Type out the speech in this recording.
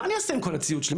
מה אני אעשה עם כל הציוד שלי?